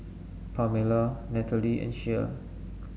Pamella Nathalie and Shea